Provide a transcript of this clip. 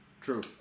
True